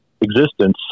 existence